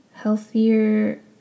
healthier